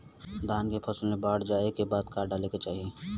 धान के फ़सल मे बाढ़ जाऐं के बाद का डाले के चाही?